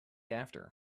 after